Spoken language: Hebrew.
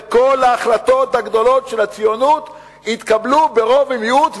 וכל ההחלטות הגדולות של הציונות התקבלו ברוב ומיעוט,